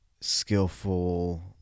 skillful